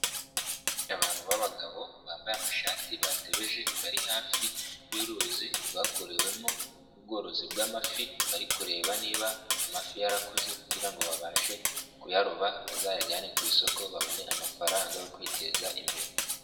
Abantu b'abagabo, bambaye amashati, batebeje bari hafi y'uruzi rwakorewemo ubworozi, bw'amafi, bari kureba niba amafi yarakoze kugira ngo babashe kuyaroba, bazayajyane ku isoko, babone amafaranga yo kwiteza imbere.